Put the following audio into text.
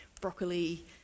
broccoli